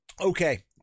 Okay